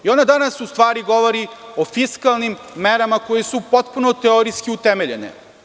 Ona danas u stvari govori o fiskalnim merama koje su potpuno teorijski utemeljene.